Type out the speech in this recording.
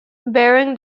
bearing